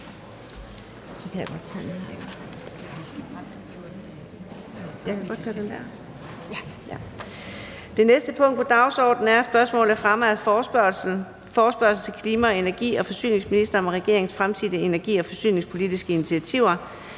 Det næste punkt på dagsordenen er: 2) Spørgsmål om fremme af forespørgsel nr. F 36: Forespørgsel til klima-, energi- og forsyningsministeren om regeringens fremtidige energi- og forsyningspolitiske initiativer.